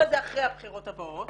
אבל זה אחרי הבחירות הבאות.